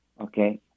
okay